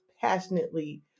passionately